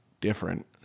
different